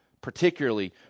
particularly